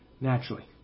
Naturally